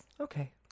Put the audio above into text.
Okay